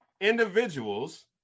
individuals